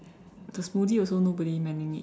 the smoothie also nobody manning it